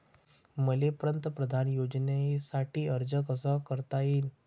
मले पंतप्रधान योजनेसाठी अर्ज कसा कसा करता येईन?